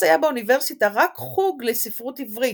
אז היה באוניברסיטה רק חוג לספרות עברית,